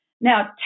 Now